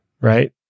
right